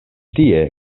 tie